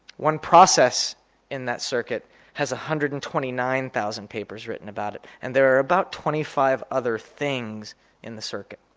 one process in that circuit has one hundred and twenty nine thousand papers written about it. and there are about twenty five other things in the circuit.